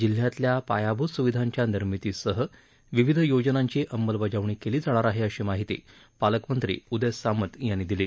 जिल्ह्यातल्या पायाभूत सुविधांच्या निर्मितीसह विविध योजनांची अंमलबजावणी केली जाणार आहे अशी माहिती पालकमंत्री उदय सामंत यांनी दिली